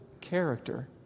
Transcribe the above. character